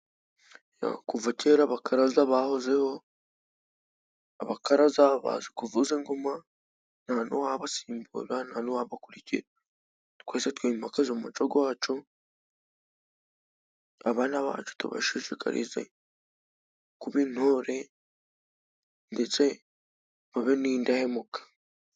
Kuva kera abakaraza bahozeho, abakaraza bazi kuvuza ingoma nta n'uwabasimbura nta n'uwabakurikira twese twimakaze umuco gwacu, abana bacu tubashishikarize kuba intore ndetse babe n'indahemuka.